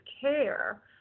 care